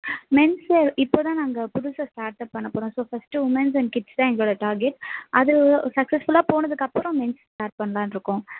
men's இப்போதான் நாங்கள் புதுசாக ஸ்டாட்டப் பண்ணப் போகிறோம் so first womens and kids தான் எங்களோட டார்கெட் அது சக்ஸஸ்ஃபுல்லாக போனதுக்கப்புறம் மென்ஸ் ஸ்டார்ட் பண்ணலான்னு இருக்கோம்